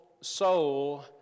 soul